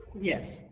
Yes